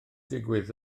digwydd